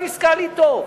טוב.